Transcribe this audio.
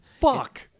Fuck